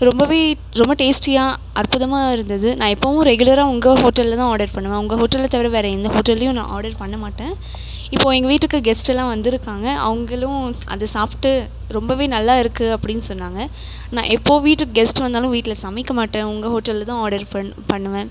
ரொம்பவே ரொம்ப டேஸ்ட்டியாக அற்புதமாக இருந்தது நான் எப்பவும் ரெகுலராக உங்கள் ஹோட்டலில் தான் ஆடர் பண்ணுவேன் உங்கள் ஹோட்டலை தவிர வேறு எந்த ஹோட்டலேயும் நான் ஆடர் பண்ண மாட்டேன் இப்போது எங்கள் வீட்டுக்கு கெஸ்ட்டெல்லாம் வந்திருக்காங்க அவர்களும் அதை சாப்பிட்டு ரொம்பவே நல்லா இருக்குது அப்படின் சொன்னாங்க நான் எப்போது வீட்டுக்கு கெஸ்ட் வந்தாலும் வீட்டில் சமைக்க மாட்டேன் உங்கள் ஹோட்டலில் தான் ஆடர் பண்ணு பண்ணுவேன்